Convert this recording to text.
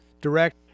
direct